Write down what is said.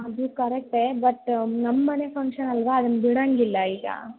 ಅದು ಕರೆಕ್ಟೇ ಬಟ್ ನಮ್ಮ ಮನೆ ಫಂಕ್ಷನ್ ಅಲ್ಲವಾ ಅದನ್ನ ಬಿಡೊಂಗಿಲ್ಲ ಈಗ